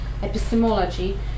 epistemology